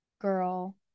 girl